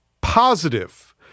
positive